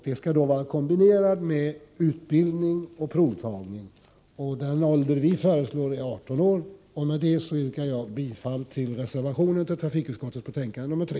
Det skall kombineras med utbildning och provtagning. Den ålder vi föreslår är 18 år. Med detta yrkar jag bifall till reservationen i trafikutskottets betänkande 3.